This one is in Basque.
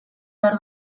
behar